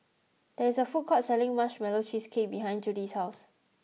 there is a food court selling marshmallow cheesecake behind Judy's house